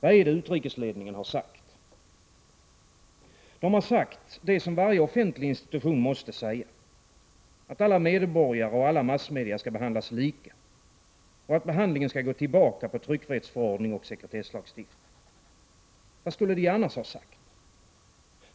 Vad är det utrikesledningen har sagt? Den har sagt det som varje offentlig institution måste säga, nämligen att alla medborgare och alla massmedia skall behandlas lika och att behandlingen skall gå tillbaka på tryckfrihetsförordning och sekretesslagstiftning. Vad skulle utrikesledningen annars ha sagt?